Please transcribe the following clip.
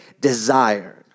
desired